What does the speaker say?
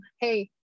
hey